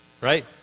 Right